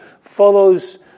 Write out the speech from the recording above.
follows